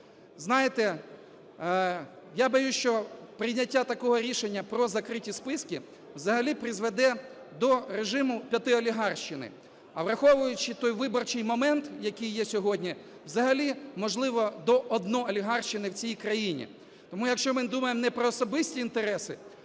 Знаєте, я боюся, що прийняття такого рішення, про закриті списки, взагалі призведе до режиму п'ятиолігарщини, а враховуючи той виборчий момент, який є сьогодні, взагалі можливо до одноолігарщини в цій країні. Тому, якщо ми думаємо не про особисті інтереси,